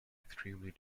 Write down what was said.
extremely